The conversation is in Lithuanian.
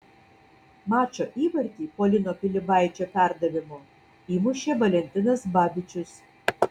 mačo įvartį po lino pilibaičio perdavimo įmušė valentinas babičius